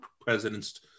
President's